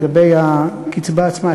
לגבי הקצבה עצמה,